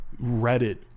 Reddit